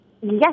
Yes